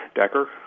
Decker